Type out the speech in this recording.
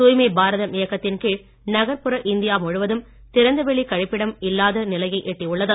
தூய்மை பாரதம் இயக்கத்தின் கீழ் நகர்ப்புற இந்தியா முழுவதும் திறந்த வெளி கழிப்பிடம் இல்லாத நிலையை எட்டியுள்ளது